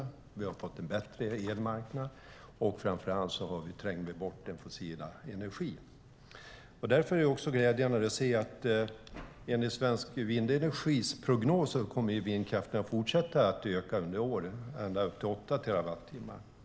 Vi har också fått en bättre elmarknad, och framför allt trängs den fossila energin bort. Det är därför glädjande att se att enligt Svensk Vindenergis prognos kommer vindkraften att fortsätta öka under åren med ända upp till 8 terawattimmar.